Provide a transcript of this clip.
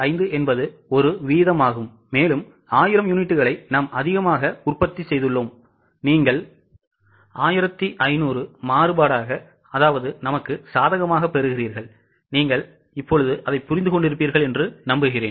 5 என்பது ஒரு வீதமாகும் மேலும் 1000 யூனிட்டுகளை நாம் அதிகமாக உற்பத்தி செய்துள்ளோம் நீங்கள் 1500 மாறுபாடாக சாதகமாகப் பெறுகிறீர்கள் நீங்கள் என்னைப் புரிந்து கொள்கிறீர்களா